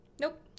Nope